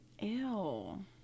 Ew